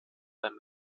beim